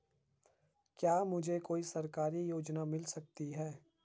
क्या मुझे कोई सरकारी योजना मिल सकती है?